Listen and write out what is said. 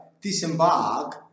disembark